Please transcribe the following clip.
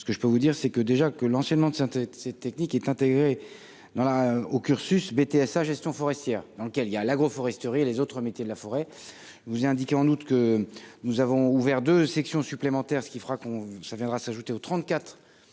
ce que je peux vous dire c'est que déjà que l'enchaînement de synthèse, cette technique est intégré dans la au cursus BTSA Gestion forestière dans lequel il y a l'agroforesterie et les autres métiers de la forêt vous a indiqué en août que nous avons ouvert 2 sections supplémentaires, ce qui fera qu'on ça viendra s'ajouter au 34